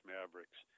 Mavericks